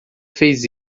fez